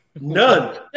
None